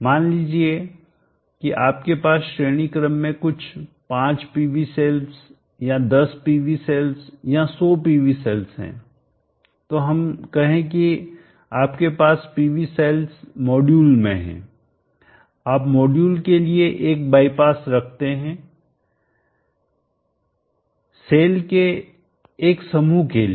मान लीजिए कि आपके पास श्रेणी क्रम में कुछ 5 PV सेल्स या 10 PV सेल्स या 100 PV सेल्स हैं तो हम कहें कि आपके पास PV सेल्स मॉड्यूल में हैं आप मॉड्यूल के लिए एक बाईपास रख सकते हैं सेल के एक समूह के लिए